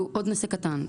זה עוד נושא קטן.